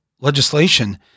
legislation